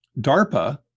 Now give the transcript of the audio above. DARPA